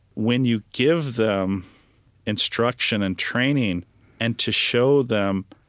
when you give them instruction and training and to show them